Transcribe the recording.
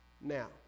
Now